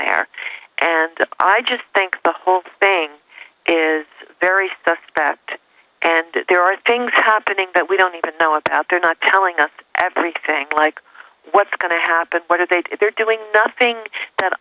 there and i just think the whole thing is very suspect and that there are things happening that we don't even know about they're not telling us everything like what's going to happen what are they if they're doing something that